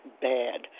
bad